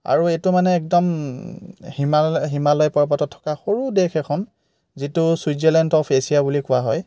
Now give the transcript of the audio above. আৰু এইটো মানে একদম হিমালয় হিমালয় পৰ্বতত থকা সৰু দেশ এখন যিটো ছুইজাৰলেণ্ড অফ এছিয়া বুলি কোৱা হয়